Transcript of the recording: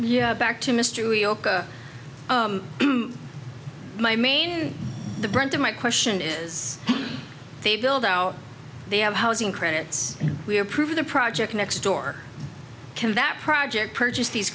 york my main the brunt of my question is they build out they have housing credits we approve the project next door can that project purchase these